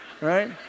Right